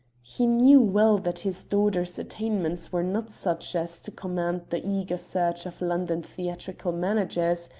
he knew well that his daughter's attainments were not such as to command the eager search of london theatrical managers,